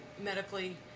medically